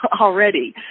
already